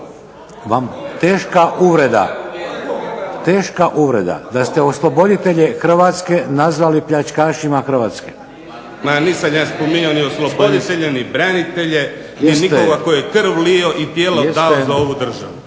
Teška uvreda. Da ste osloboditelje Hrvatske nazvali pljačkašima Hrvatske. **Kajin, Damir (IDS)** Ma nisam ja spominjao ni osloboditelje ni branitelje ni nikoga tko je krv lio i tijelo dao za ovu državu